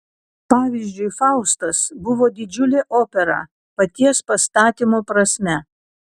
pavyzdžiui faustas buvo didžiulė opera paties pastatymo prasme